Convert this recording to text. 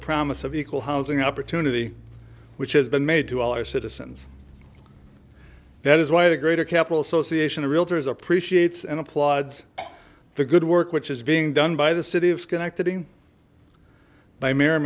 promise of equal housing opportunity which has been made to all our citizens that is why the greater capital association of realtors appreciates and applauds the good work which is being done by the city of schenectady by m